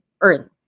earn